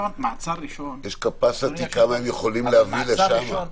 יש capacity כמה הם יכולים להביא לשם.